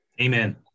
Amen